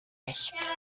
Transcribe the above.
recht